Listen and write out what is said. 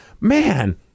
man